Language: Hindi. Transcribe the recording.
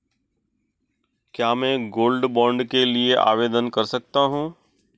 क्या मैं गोल्ड बॉन्ड के लिए आवेदन कर सकता हूं?